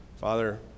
Father